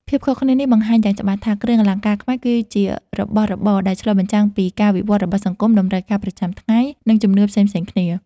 ភាពខុសគ្នានេះបង្ហាញយ៉ាងច្បាស់ថា គ្រឿងអលង្ការខ្មែរ គឺជារបស់របរដែលឆ្លុះបញ្ចាំងពីការវិវត្តន៍របស់សង្គម តម្រូវការប្រចាំថ្ងៃ និងជំនឿផ្សេងៗគ្នា។